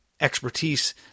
expertise